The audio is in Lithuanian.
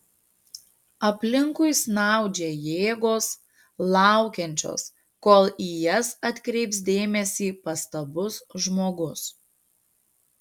aplinkui snaudžia jėgos laukiančios kol į jas atkreips dėmesį pastabus žmogus